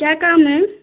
क्या काम है